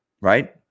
Right